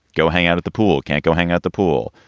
go hang out at the pool, can't go hang out the pool,